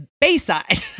bayside